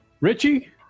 Richie